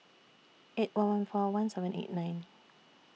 eight one one four one seven eight nine